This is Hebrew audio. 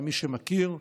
למי שמכיר,